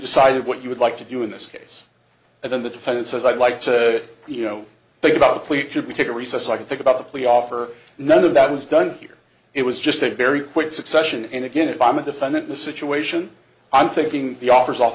decided what you would like to do in this case and then the defendant says i'd like to you know think about a clique should we take a recess i could think about the plea offer none of that was done here it was just a very quick succession and again if i'm a defendant the situation i'm thinking the offers off